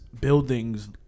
Buildings